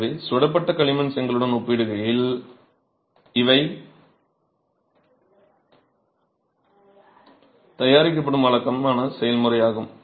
எனவே சுடப்பட்ட களிமண் செங்கலுடன் ஒப்பிடுகையில் இவை தயாரிக்கப்படும் வழக்கமான செயல்முறையாகும்